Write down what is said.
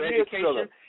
education